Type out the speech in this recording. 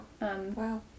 wow